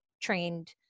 trained